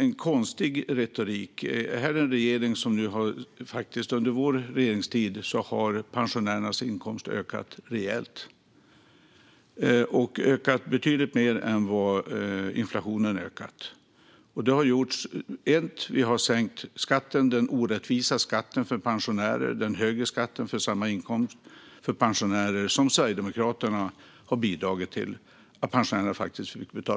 en konstig retorik. Under vår regeringstid har pensionärernas inkomst faktiskt ökat rejält, betydligt mer än inflationen. Vi sänker den orättvisa skatten för pensionärer, alltså den högre skatt på inkomst för pensionärer som Sverigedemokraterna bidrog till att införa.